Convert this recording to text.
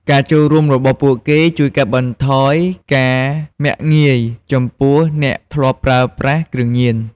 ការចូលរួមរបស់ពួកគេជួយកាត់បន្ថយការមាក់ងាយ ចំពោះអ្នកធ្លាប់ប្រើប្រាស់គ្រឿងញៀន។